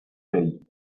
dezhi